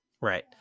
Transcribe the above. Right